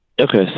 Okay